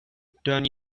don’t